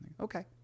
okay